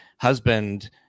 husband